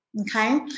Okay